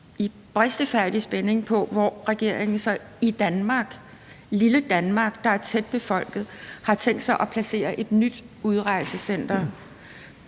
i bristefærdig spænding på, hvor regeringen i Danmark – i lille Danmark, der er tæt befolket – har tænkt sig at placere et nyt udrejsecenter.